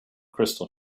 crystal